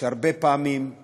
שהרבה פעמים הם